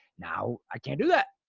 now i can't do that.